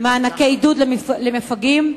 מענקי עידוד למפגעים?